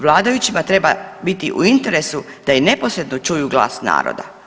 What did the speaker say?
Vladajućima treba biti u interesu da i neposredno čuju glas naroda.